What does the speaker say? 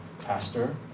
Pastor